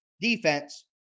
defense